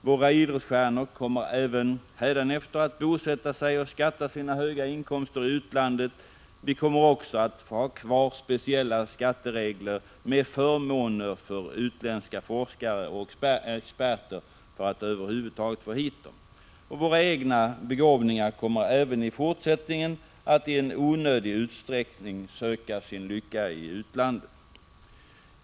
Våra idrottsstjärnor kommer även hädanefter att bosätta sig och skatta för sina höga inkomster i utlandet. Vi kommer också att få ha kvar speciella skatteregler med förmåner för utländska forskare och experter för att över huvud taget få hit dem. Våra egna begåvningar kommer även i fortsättningen att i en onödig utsträckning söka sin lycka i utlandet.